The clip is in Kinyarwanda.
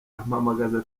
ampamamagaza